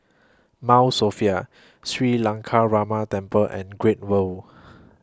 Mount Sophia Sri Lankaramaya Temple and Great World